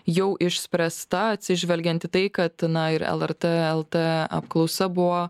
jau išspręsta atsižvelgiant į tai kad na ir lrt lt apklausa buvo